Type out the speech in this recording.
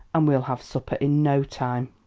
and we'll have supper in no time!